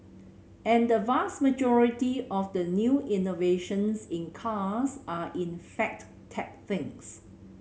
and the vast majority of the new innovations in cars are in fact tech things